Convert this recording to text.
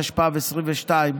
התשפ"ב 2022,